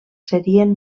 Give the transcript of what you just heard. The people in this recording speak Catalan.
serien